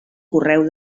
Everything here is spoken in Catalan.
correu